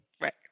Right